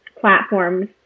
platforms